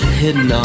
hidden